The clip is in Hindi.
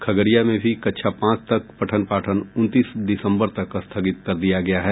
खगड़िया में भी कक्षा पांच तक पठन पाठन उनतीस दिसंबर तक स्थगित कर दिया गया है